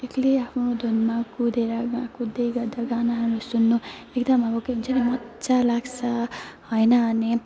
एक्लै आफ्नो धुनमा कुदेर गा कुद्दै गर्दा गानाहरू सुन्नु एकदम अब के भन्छ नि मजा लाग्छ होइन अनि